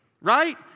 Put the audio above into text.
right